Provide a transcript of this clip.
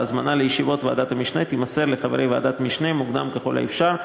ההזמנה לישיבות ועדת המשנה תימסר לחברי ועדת המשנה מוקדם ככל האפשר,